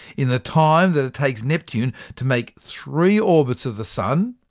in the time that it takes neptune to make three orbits of the sun,